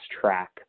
track